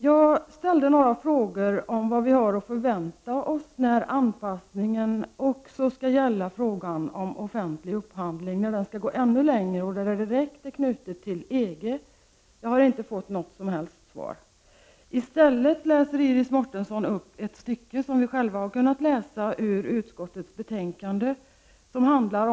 Jag ställde några frågor om vad vi har att förvänta oss när anpassningen också skall gälla frågan om offentlig upphandling, när anpassningen alltså skall gå ännu längre och när det hela blir direkt knutet till EG. Jag har inte fått något som helst svar. I stället läser Iris Mårtensson upp ett stycke om icke-diskriminering som vi själva har kunnat läsa i utskottets betänkande.